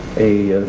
a